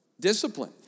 Discipline